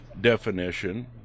definition